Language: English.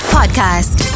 Podcast